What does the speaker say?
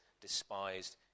despised